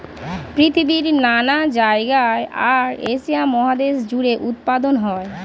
পৃথিবীর নানা জায়গায় আর এশিয়া মহাদেশ জুড়ে উৎপাদন হয়